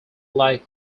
like